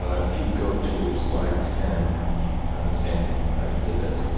ah if you go to slide ten in the same exhibit,